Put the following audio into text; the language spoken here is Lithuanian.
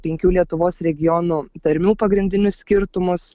penkių lietuvos regionų tarmių pagrindinius skirtumus